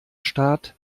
staat